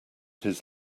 his